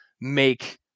make